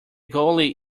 goalie